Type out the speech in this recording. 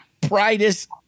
brightest